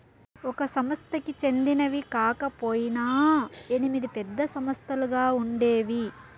ఒక సంస్థకి చెందినవి కాకపొయినా ఎనిమిది పెద్ద సంస్థలుగా ఉండేవి